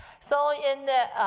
so in the